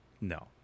No